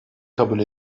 kabul